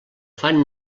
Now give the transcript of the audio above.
fan